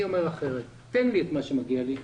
אני אומר אחרת: תן לי את מה שמגיע לי,